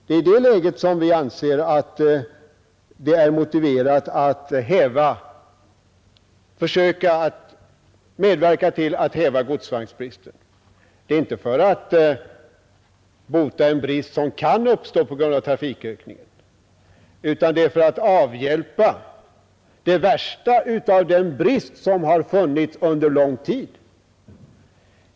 Det är i det läget som vi anser att det är motiverat att försöka att medverka till att godsvagnsbristen hävs. Det är inte för att bota den brist som kan uppstå på grund av trafikökning utan det är för att avhjälpa det värsta av den brist som funnits under lång tid.